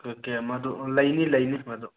ꯃꯗꯨ ꯂꯩꯅꯤ ꯂꯩꯅꯤ ꯃꯗꯨ